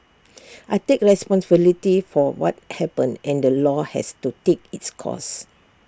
I take responsibility for what happened and the law has to take its course